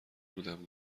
بودم